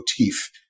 motif